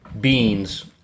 beans